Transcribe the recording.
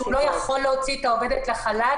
-- שהוא לא יכול להוציא את העובדת לחל"ת